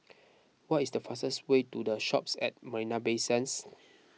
what is the fastest way to the Shoppes at Marina Bay Sands